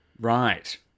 Right